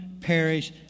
perish